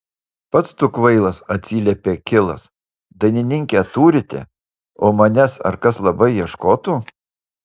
pats tu kvailas atsiliepė kilas dainininkę turite o manęs ar kas labai ieškotų